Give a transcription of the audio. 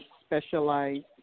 specialized